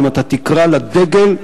ואם אתה תקרא לדגל,